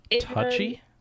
Touchy